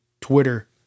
Twitter